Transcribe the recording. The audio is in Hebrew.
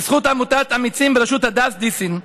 בזכות עמותת אמיצים בראשות הדס דיסין,